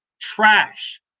trash